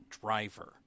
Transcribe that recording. driver